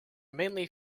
mainly